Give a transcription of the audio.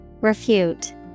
Refute